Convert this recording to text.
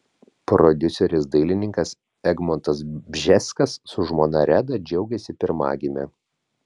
prodiuseris dailininkas egmontas bžeskas su žmona reda džiaugiasi pirmagime